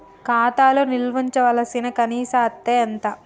ఖాతా లో నిల్వుంచవలసిన కనీస అత్తే ఎంత?